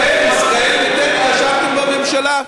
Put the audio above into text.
אתם, ישראל ביתנו, ישבתם בממשלה.